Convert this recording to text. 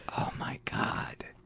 oh my god.